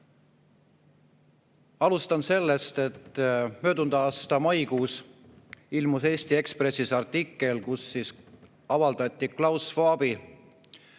Alustan sellest, et möödunud aasta maikuus ilmus Eesti Ekspressis artikkel, kus avaldati Klaus Schwabi